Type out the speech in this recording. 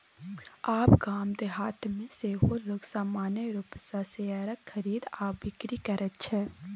आब गाम देहातमे सेहो लोग सामान्य रूपसँ शेयरक खरीद आ बिकरी करैत छै